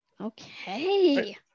okay